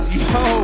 yo